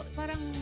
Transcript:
parang